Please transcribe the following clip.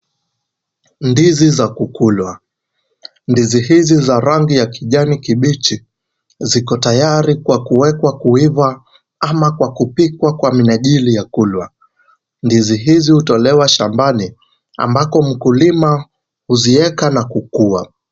Ndizi za kukulwa. Ndizi hizi za rangi ya kijani kibichi ziko tayari kwa kuwekwa kuiva ama kwa kupikwa kwa minajili ya kukulwa. Ndizi hizi hutolewa shambani ambako mkulima huziweka na kukuwa.